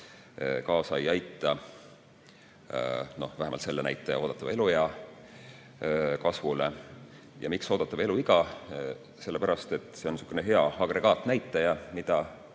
kaasa ei aita vähemalt selle näitaja, oodatava eluea kasvule. Miks oodatav eluiga? Sellepärast, et see on hea agregaatnäitaja, mida